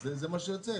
זה מה שיוצא.